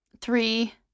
Three